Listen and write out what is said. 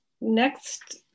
next